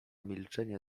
milczenie